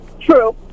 True